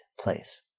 place